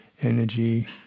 energy